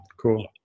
Cool